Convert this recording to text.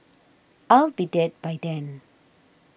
I'll be dead by then